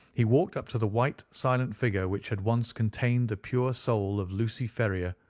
he walked up to the white silent figure which had once contained the pure soul of lucy ferrier.